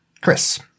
Chris